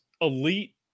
elite